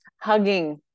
Hugging